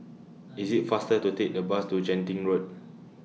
IS IT faster to Take The Bus to Genting Road